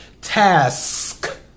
Task